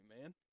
man